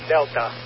Delta